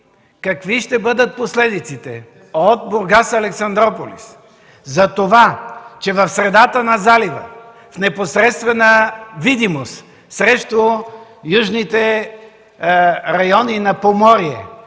какви ще бъдат последиците от „Бургас – Александруполис” за това, че в средата на залива, в непосредствена видимост срещу южните райони на Поморие,